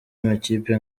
amakipe